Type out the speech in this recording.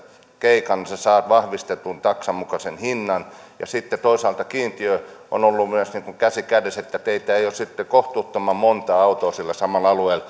keikan saat vahvistetun taksan mukaisen hinnan sitten toisaalta kiintiö on ollut myös niin kuin käsi kädessä että ei ole sitten kohtuuttoman monta autoa sillä samalla alueella